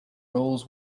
roles